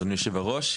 אדוני יושב הראש,